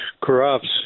corrupts